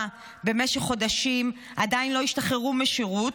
במשך חודשים עדיין לא השתחררו משירות,